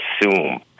assume